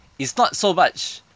it's not so much